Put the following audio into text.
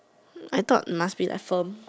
I thought must be like firm